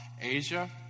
Asia